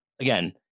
again